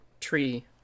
Tree